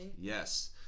Yes